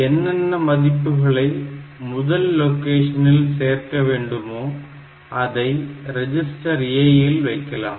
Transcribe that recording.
என்னென்ன மதிப்புகள முதல் லொகேஷன் இல் சேர்க்க வேண்டுமோ அதை ரெஜிஸ்டர் A இல் வைக்கலாம்